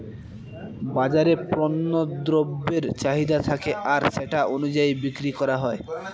বাজারে পণ্য দ্রব্যের চাহিদা থাকে আর সেটা অনুযায়ী বিক্রি করা হয়